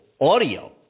audio